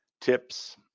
tips